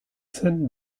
zen